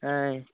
ఆయ్